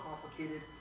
complicated